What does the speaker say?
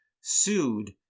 sued